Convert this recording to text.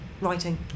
writing